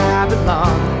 Babylon